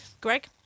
Greg